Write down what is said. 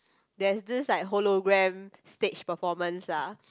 there's this like hologram stage performance lah